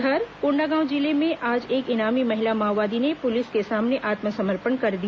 उधर कोंडागांव जिले में आज एक इनामी महिला माओवादी ने पुलिस के सामने आत्मसमर्पण कर दिया